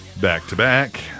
back-to-back